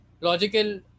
Logical